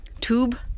tube